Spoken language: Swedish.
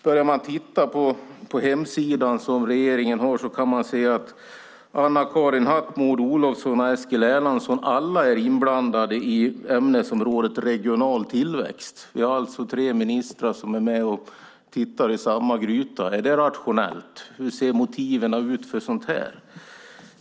Börjar man titta på den hemsida regeringen har kan man se att Anna-Karin Hatt, Maud Olofsson och Eskil Erlandsson alla är inblandade i ämnesområdet regional tillväxt. Vi har alltså tre ministrar som är med och rör i samma gryta. Är det rationellt? Hur ser motiven ut för sådant här?